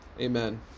Amen